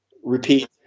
repeat